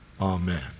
Amen